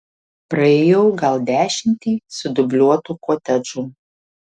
praėjau gal dešimtį sudubliuotų kotedžų